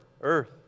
earth